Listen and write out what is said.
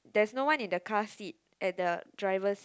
there's no one in the car seat at the drivers seat